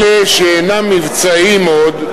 אלה שאינם מבצעיים עוד,